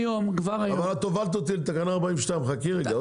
את הובלת אותי לתקנה 42. חכי רגע,